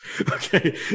okay